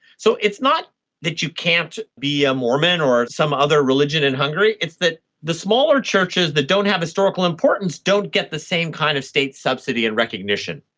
so it's not that you can't be a mormon or some other religion in hungary, it's that the smaller churches that don't have historical importance don't get the same kind of state subsidy and recognition,